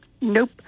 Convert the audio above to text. nope